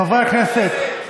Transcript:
חברי הכנסת,